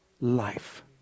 life